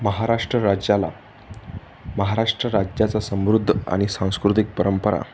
महाराष्ट्र राज्याला महाराष्ट्र राज्याचा समृद्ध आणि सांस्कृतिक परंपरा